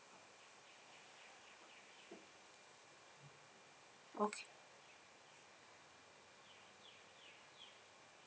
okay